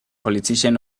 politician